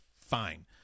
fine